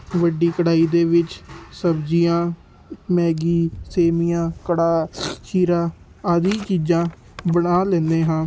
ਵੱਡੀ ਕੜਾਹੀ ਦੇ ਵਿੱਚ ਸਬਜ਼ੀਆਂ ਮੈਗੀ ਸੇਵੀਆਂ ਕੜਾਹ ਸੀਰਾ ਆਦਿ ਚੀਜ਼ਾਂ ਬਣਾ ਲੈਂਦੇ ਹਾਂ